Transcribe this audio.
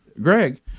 Greg